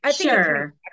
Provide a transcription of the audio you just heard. Sure